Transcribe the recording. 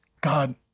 God